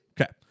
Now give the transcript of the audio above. Okay